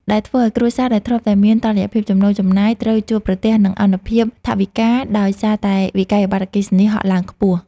ដែលធ្វើឱ្យគ្រួសារដែលធ្លាប់តែមានតុល្យភាពចំណូលចំណាយ ត្រូវជួបប្រទះនឹងឱនភាពថវិកាដោយសារតែវិក្កយបត្រអគ្គិសនីហក់ឡើងខ្ពស់។